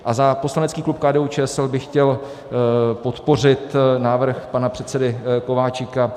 A za poslanecký klub KDUČSL bych chtěl podpořit návrh pana předsedy Kováčika.